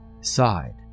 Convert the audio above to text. sighed